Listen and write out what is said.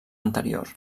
anterior